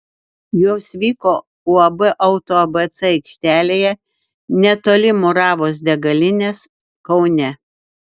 jos vyko uab auto abc aikštelėje netoli muravos degalinės kaune